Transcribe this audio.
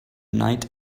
night